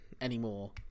anymore